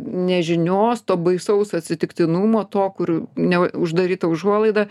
nežinios to baisaus atsitiktinumo to kur ne uždaryta užuolaida